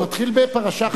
אתה מתחיל בפרשה חדשה.